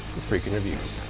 with freakin' reviews.